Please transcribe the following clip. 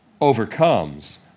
overcomes